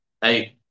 Hey